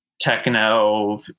techno